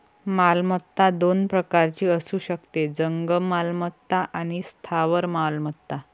मालमत्ता दोन प्रकारची असू शकते, जंगम मालमत्ता आणि स्थावर मालमत्ता